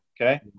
Okay